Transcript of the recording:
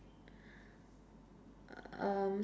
um